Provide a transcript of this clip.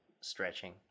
stretching